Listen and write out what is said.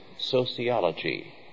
sociology